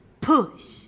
push